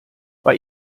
bei